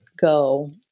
go